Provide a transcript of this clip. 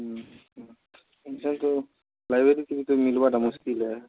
ହୁଁ ତିନିଟା ଯାକ ଲାଇବ୍ରେରୀରୁ ମିଲିବାଟା ମୁସ୍କିଲ୍ ହେ